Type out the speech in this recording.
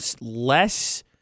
less